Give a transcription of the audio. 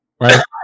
right